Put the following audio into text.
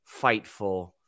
Fightful